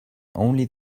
only